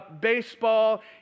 baseball